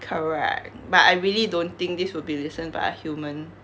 correct but I really don't think this will be listened by a human